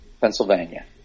Pennsylvania